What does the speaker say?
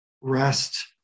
rest